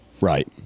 right